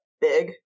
big